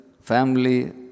family